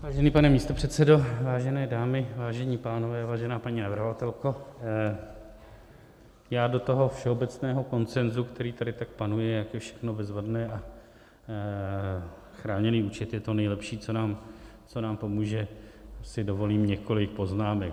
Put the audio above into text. Vážený pane místopředsedo, vážené dámy, vážení pánové, vážená paní navrhovatelko, já do toho všeobecného konsenzu, který tady tak panuje, jak je všechno bezvadné a chráněný účet je to nejlepší, co nám pomůže, si dovolím několik poznámek.